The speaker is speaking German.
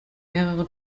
mehrere